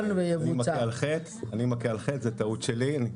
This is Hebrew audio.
אני מכה על חטא, זו טעות שלי.